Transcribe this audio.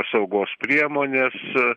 saugos priemonės